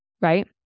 right